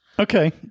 Okay